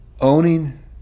owning